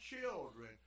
children